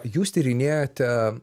jūs tyrinėjote